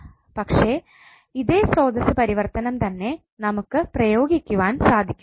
പക്ഷേ ഇതേ സ്രോതസ്സ് പരിവർത്തനം തന്നെ നമുക്ക് പ്രയോഗിക്കുവാൻ സാധിക്കുകയില്ല